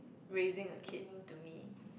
raising a kid to me